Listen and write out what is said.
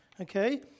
okay